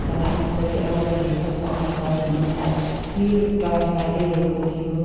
तर आउँछ कि आउँदाखेरि कस्तो आउँछ भन्ने मलाई पिर डर लागिरहेको थियो